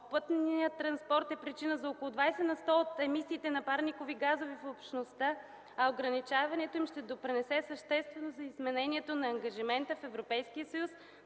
Пътният транспорт е причина за около 20 на сто от емисиите на парникови газове в Общността, а ограничаването им ще допринесе съществено за изпълнението на ангажиментa на Европейския съюз